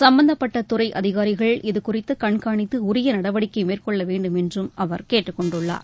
சும்பந்தப்பட்ட துறை அதிகாரிகள் இதுகுறித்து கண்காணித்து உரிய நடவடிக்கை மேற்கொள்ள வேண்டும் என்றும் அவர் கேட்டுக் கொண்டுள்ளார்